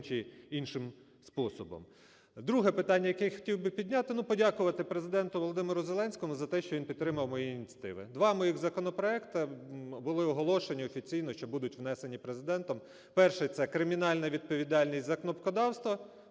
чи іншим способом. Друге питання, яке я хотів би підняти, ну, подякувати Президенту Володимиру Зеленському за те, що він підтримав мої ініціативи. Два мої законопроекти були оголошені офіційно, що будуть внесені Президентом. Перший – це кримінальна відповідальність за кнопкодавство,